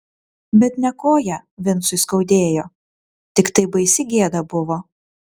bet ne koją vincui skaudėjo tiktai baisi gėda buvo